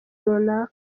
runaka